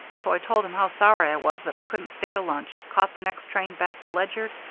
so i told him how sorry i was that i couldn't stay to lunch, caught the next train back to ledyard,